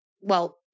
well-